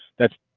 that's